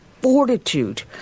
fortitude